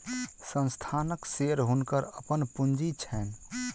संस्थानक शेयर हुनकर अपन पूंजी छैन